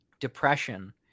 depression